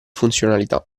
funzionalità